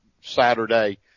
Saturday